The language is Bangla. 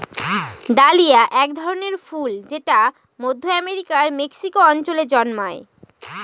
ডালিয়া এক ধরনের ফুল যেটা মধ্য আমেরিকার মেক্সিকো অঞ্চলে জন্মায়